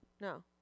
No